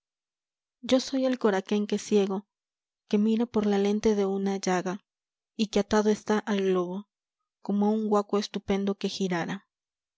yo soy el coraquenque ciego que mira por la lente de una llaga y que atado está el globo como a un huaco estupendo que girara